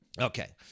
Okay